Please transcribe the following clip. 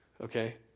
Okay